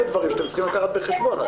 אלה דברים שאתם צריכים לקחת בחשבון.